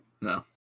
No